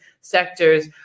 sectors